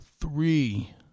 Three